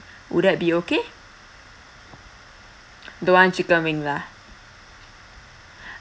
would that be okay don't want chicken wings ah